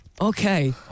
Okay